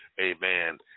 Amen